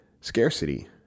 scarcity